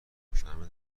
بفهمه